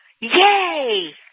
Yay